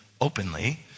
openly